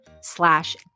slash